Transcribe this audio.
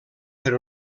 per